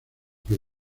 que